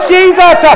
Jesus